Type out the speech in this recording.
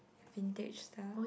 vintage stuff